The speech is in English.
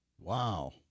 Wow